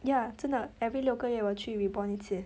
ya 真的 every 六个月我去 rebond 一次